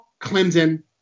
Clemson